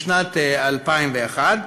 משנת 2001,